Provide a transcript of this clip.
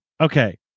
okay